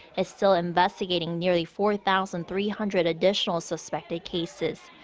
it's still investigating nearly four thousand three hundred additional suspected cases.